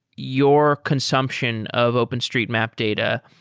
your consumption of openstreetmap data,